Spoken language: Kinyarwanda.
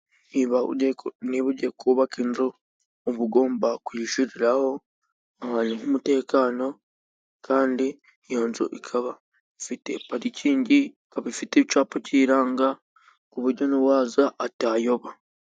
Niba ugiye kubaka inzu uba ugomba kuyishyiriraho umutekano kandi iyo nzu ikaba ifite pariking. ikaba ifite icyapa kiranga. Ku uburyo n'uwaza atayoba.